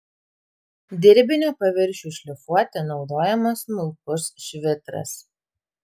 dirbinio paviršiui šlifuoti naudojamas smulkus švitras